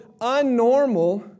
unnormal